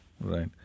Right